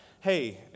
hey